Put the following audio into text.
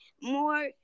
more